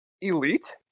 elite